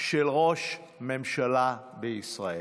של ראש ממשלה בישראל.